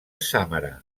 sàmara